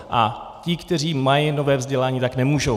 A ti, kteří mají nové vzdělání, tak nemůžou.